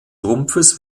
rumpfes